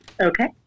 Okay